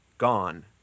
gone